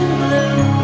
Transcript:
blue